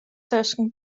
tusken